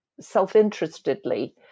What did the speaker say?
self-interestedly